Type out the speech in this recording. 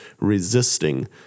resisting